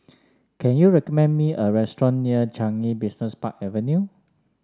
can you recommend me a restaurant near Changi Business Park Avenue